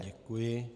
Děkuji.